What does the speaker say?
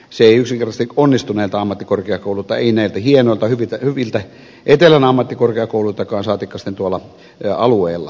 se ei yksinkertaisesti onnistu näiltä ammattikorkeakouluilta ei näiltä hienoilta hyviltä etelän ammattikorkeakouluiltakaan saatikka sitten tuolla alueilla maakunnissa